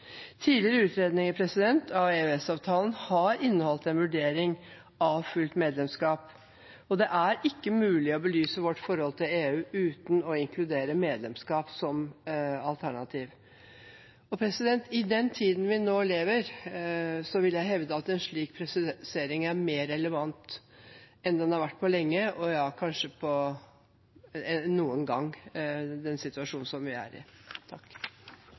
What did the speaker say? Tidligere utredninger av EØS-avtalen har inneholdt en vurdering av fullt medlemskap, og det er ikke mulig å belyse vårt forhold til EU uten å inkludere medlemskap som et alternativ. I den tiden vi nå lever i, vil jeg hevde at en slik presisering er mer relevant enn på lenge – ja, kanskje mer enn noen gang i den situasjonen vi er i.